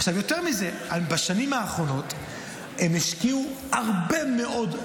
עכשיו יותר מזה: בשנים האחרונות הם השקיעו הרבה מאוד,